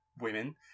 women